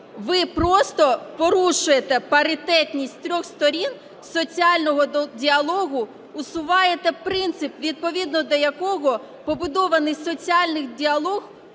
ви просто порушуєте паритетність трьох сторін до соціального діалогу, усуваєте принцип, відповідно до якого побудований соціальний діалог